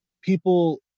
people